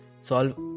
solve